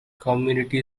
community